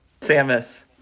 Samus